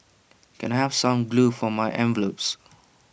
can I have some glue for my envelopes